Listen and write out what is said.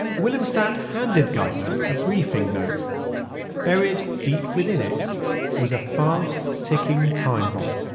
willemstad handed geithner a briefing note buried deep within it was a fast-ticking time bomb.